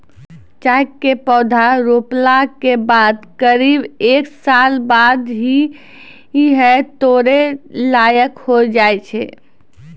चाय के पौधा रोपला के बाद करीब एक साल बाद ही है तोड़ै लायक होय जाय छै